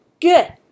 good